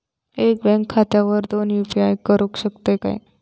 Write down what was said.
एका बँक खात्यावर दोन यू.पी.आय करुक शकतय काय?